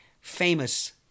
famous